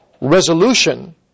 resolution